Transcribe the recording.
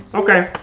okay.